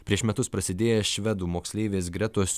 prieš metus prasidėjęs švedų moksleivės gretos